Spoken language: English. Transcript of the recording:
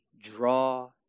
draw